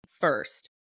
first